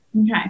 okay